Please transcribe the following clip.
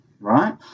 right